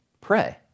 pray